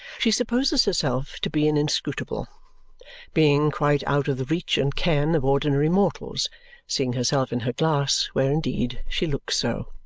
she supposes herself to be an inscrutable being, quite out of the reach and ken of ordinary mortals seeing herself in her glass, where indeed she looks so.